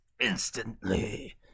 Instantly